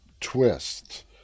twist